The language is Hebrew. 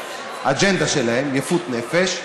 מהאג'נדה שלהם יפות נפש,